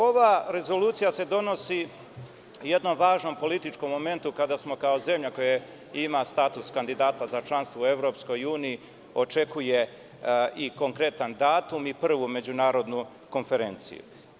Ova rezolucija se donosi u jednom važnom političkom momentu, kada smo kao zemlja koja ima status kandidata za članstvo u EU, očekuje i konkretan datum i prvu međunarodnu konferenciju.